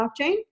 blockchain